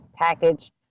package